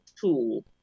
tool